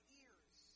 ears